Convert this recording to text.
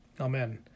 Amen